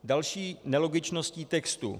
Další nelogičností textu.